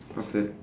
faster